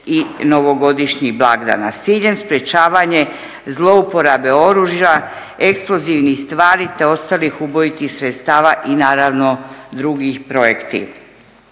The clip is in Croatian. i novogodišnjih blagdana s ciljem sprječavanje zlouporabe oružja, eksplozivnih stvari te ostalih ubojitih sredstava i naravno drugi projekti.